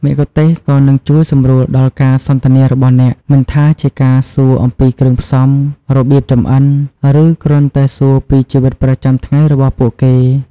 មគ្គុទ្ទេសក៍នឹងជួយសម្រួលដល់ការសន្ទនារបស់អ្នក មិនថាជាការសួរអំពីគ្រឿងផ្សំ របៀបចម្អិន ឬគ្រាន់តែសួរពីជីវិតប្រចាំថ្ងៃរបស់ពួកគេ។